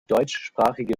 deutschsprachige